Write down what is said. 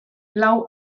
lau